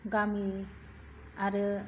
गामि आरो